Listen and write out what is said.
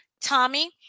Tommy